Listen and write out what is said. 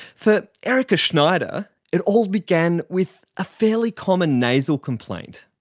for erica schneider it all began with a fairly common nasal complaint.